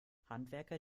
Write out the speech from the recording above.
handwerker